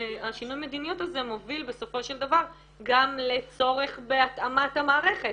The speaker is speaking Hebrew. מוביל בסופו של דבר גם לצורך בהתאמת המערכת.